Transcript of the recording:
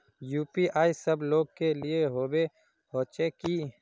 UPI सब लोग के लिए होबे होचे की?